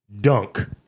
Dunk